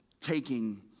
taking